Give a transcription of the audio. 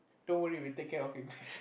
don't worry we will take care of him